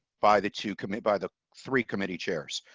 by the to commit by the three committee chairs.